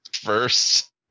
first